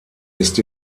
ist